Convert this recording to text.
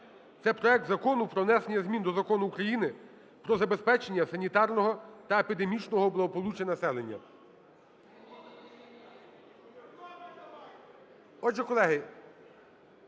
це проект Закону про внесення змін до Закону України "Про забезпечення санітарного та епідемічного благополуччя населення".